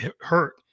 hurt